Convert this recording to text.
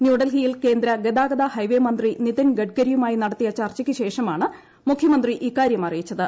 new ഡൽഹിയിൽ കേന്ദ്ര ഗതാഗത ഹൈവേ മന്ത്രി നിതിൻ ഗഡ്കരിയുമായി നടത്തിയ ചർച്ചക്ക് ശേഷമാണ് മുഖ്യമന്ത്രി ഇക്കാരൃം അറിയിച്ചത്